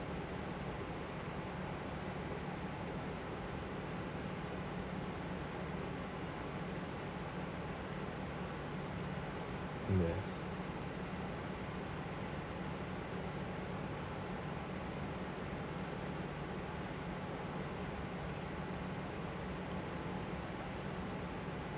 yes